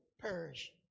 perish